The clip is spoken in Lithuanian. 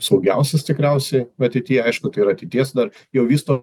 saugiausias tikriausiai ateityje aišku tai yra ateities dar jau vysto